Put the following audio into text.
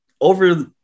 over